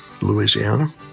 Louisiana